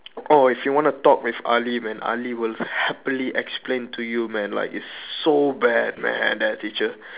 orh if you wanna talk with ali man ali will happily explain to you man like it's so bad man that teacher